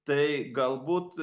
tai galbūt